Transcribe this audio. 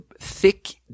thick